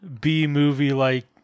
B-movie-like